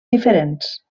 diferents